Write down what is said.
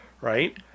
Right